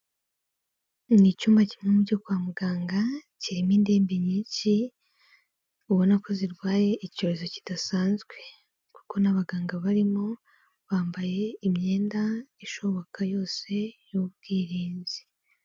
Ni icyumba kimwe mu byo kwa muganga kirimo indembe nyinshi, ubona ko zirwaye icyorezo kidasanzwe kuko n'abaganga barimo bambaye imyenda ishoboka yose y'ubwirinzi.